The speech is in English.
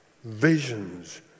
visions